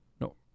no